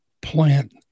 plant